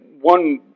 one